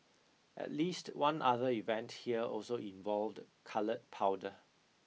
at least one other event here also involved coloured powder